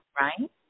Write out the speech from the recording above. Right